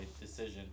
decision